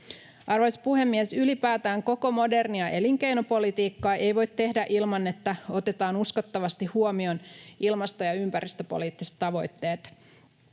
Arvoisa puhemies! Ylipäätään koko modernia elinkeinopolitiikkaa ei voi tehdä ilman, että otetaan uskottavasti huomioon ilmasto- ja ympäristöpoliittiset tavoitteet.